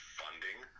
funding